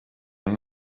amwe